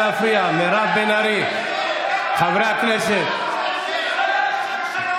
מחלל שם שמיים.